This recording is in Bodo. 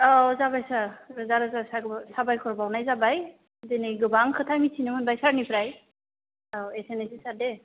औ जाबाय सार रोजा रोजा साबायखर साबायखर बावनाय जाबाय दिनै गोबां खोथा मिथिनो मोनबाय सारनिफ्राय औ एसेनोसै सार दे औ